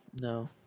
No